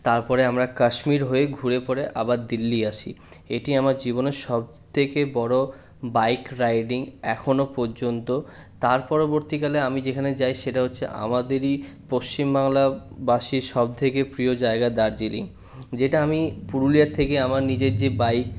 তারপরে আমরা কাশ্মীর হয়ে ঘুরে পরে আবার দিল্লি আসি এটি আমার জীবনের সবথেকে বড়ো বাইক রাইডিং এখনো পর্যন্ত তার পরবর্তীকালে আমি যেখানে যাই সেটা হচ্ছে আমাদেরই পশ্চিমবাংলাবাসীর সবথেকে প্রিয় জায়গা দার্জিলিং যেটা আমি পুরুলিয়ার থেকে আমার নিজের যে বাইক